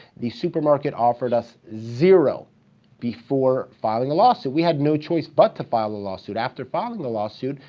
the supermarket offered us zero before filing a lawsuit. we had no choice but to file a lawsuit. after filing the lawsuit,